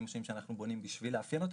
השונים שאנחנו בונים בשביל לאפיין אותו,